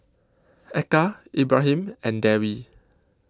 Eka Ibrahim and Dewi